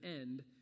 end